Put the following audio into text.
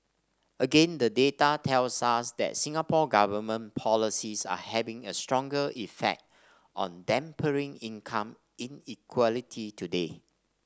again the data tells us that Singapore Government policies are having a stronger effect on dampening income inequality today